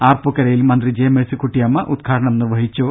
ആർപ്പൂക്കരയിൽ മന്ത്രി ജെ മേഴ്സിക്കുട്ടിയമ്മ ഉദ്ഘാടനം നിർവഹിച്ചു